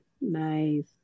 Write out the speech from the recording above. Nice